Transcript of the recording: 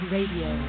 Radio